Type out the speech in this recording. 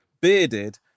bearded